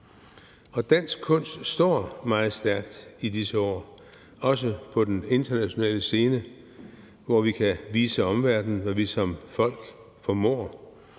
Dansk kunst står meget stærkt i disse år, også på den internationale scene, hvor vi kan vise omverdenen, hvad vi som folk formår.